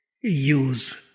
use